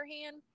hand